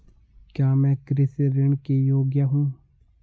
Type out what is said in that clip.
क्या मैं कृषि ऋण के योग्य हूँ?